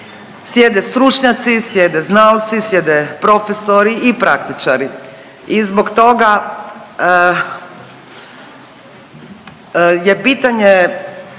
sjede stručnjaci, sjede znalci, sjede profesori i praktičari. I zbog toga je pitanje